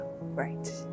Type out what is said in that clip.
right